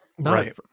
Right